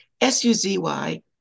S-U-Z-Y